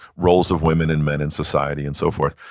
roles of women and men in society and so forth.